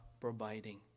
providing